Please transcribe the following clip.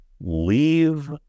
leave